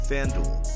FanDuel